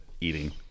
eating